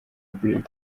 brig